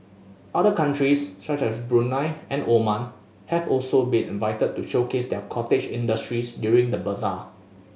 other countries such as Brunei and Oman have also been invited to showcase their cottage industries during the bazaar